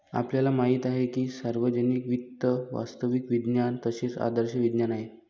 आपल्याला माहित आहे की सार्वजनिक वित्त वास्तविक विज्ञान तसेच आदर्श विज्ञान आहे